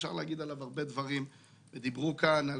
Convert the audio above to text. אפשר להגיד עליו הרבה דברים ודברו כאן על